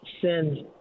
send